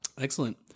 Excellent